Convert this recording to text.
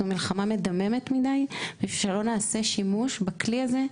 זו מלחמה מדממת מכדי שלא נעשה שימוש בכלי הזה,